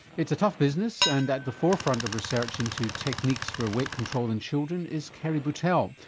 it's a tough business and at the forefront of research into techniques for weight control in children is kerry boutelle,